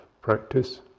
practice